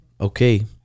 Okay